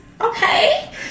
okay